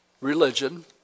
religion